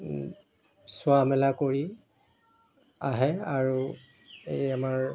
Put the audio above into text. চোৱা মেলা কৰি আহে আৰু এই আমাৰ